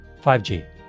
5G